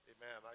Amen